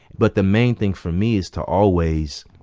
but the main thing for me is to always,